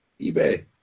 eBay